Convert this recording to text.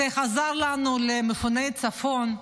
זה עזר לנו למפוני הצפון?